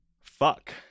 Fuck